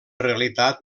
realitat